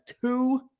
two